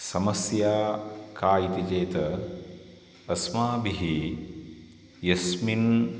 समस्या का इति चेत अस्माभिः यस्मिन्